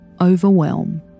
Overwhelm